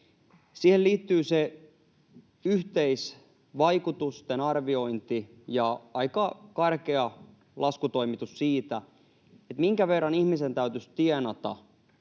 Siihen liittyy se yhteisvaikutusten arviointi ja aika karkea laskutoimitus siitä, minkä verran ihmisen täytyisi tienata